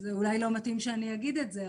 -- זה אולי לא מתאים שאני אגיד את זה,